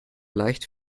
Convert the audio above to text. leicht